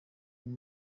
wari